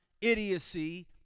idiocy